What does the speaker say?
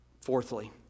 Fourthly